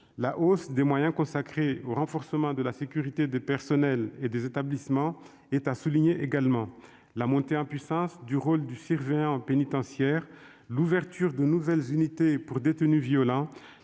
La hausse des moyens consacrés au renforcement de la sécurité des personnels et des établissements est à souligner également. La montée en puissance du rôle du surveillant pénitentiaire, l'ouverture de nouvelles unités pour détenus violents,